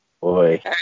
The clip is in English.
Boy